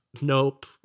Nope